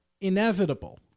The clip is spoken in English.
inevitable